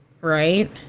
Right